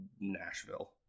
Nashville